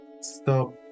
Stop